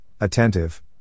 attentive